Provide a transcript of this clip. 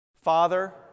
Father